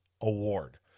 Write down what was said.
award